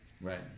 Right